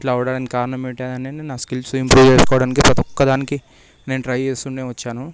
ఇట్లా అవ్వడానికి కారణం ఏంటి అని నా స్కిల్స్ ఇంప్రూవ్ చేసుకోవడానికి ప్రతీ ఒక్కదానికి నేను ట్రై చేస్తూనే వచ్చాను